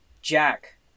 Jack